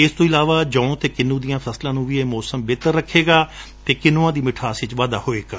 ਇਸ ਤੋਂ ਇਲਾਵਾ ਜੋਂ ਅਤੇ ਕਿੰਨੁ ਦੀਆਂ ਫਸਲਾਂ ਨੁੰ ਵੀ ਇਹ ਮੌਸਮ ਬੇਹਤਰ ਰਖੇਗਾ ਅਤੇ ਕਿੰਨੁਆਂ ਦੀ ਸਿਠਾਸ ਵਿਚ ਵਾਧਾ ਹੋਵੇਗਾ